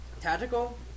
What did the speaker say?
tactical